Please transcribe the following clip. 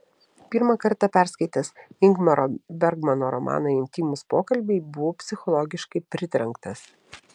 pirmą kartą perskaitęs ingmaro bergmano romaną intymūs pokalbiai buvau psichologiškai pritrenktas